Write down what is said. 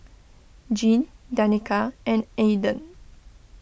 Jean Danica and Aaden